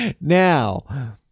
Now